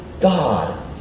God